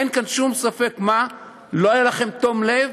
אין כאן שום ספק: לא היה לכם תום לב,